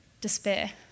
despair